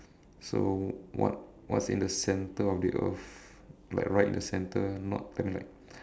so what what's in the centre of the earth like right in the centre not I mean like